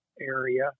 area